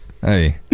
Hey